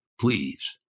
Please